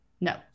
no